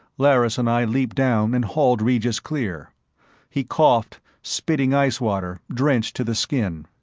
lerrys and i leaped down and hauled regis clear he coughed, spitting icy water, drenched to the skin.